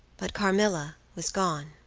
but carmilla was gone.